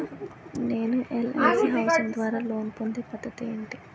నేను LIC housing ద్వారా loan పొందే పద్ధతి ఏంటి?